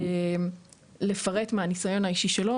לפרט מהניסיון האישי שלו,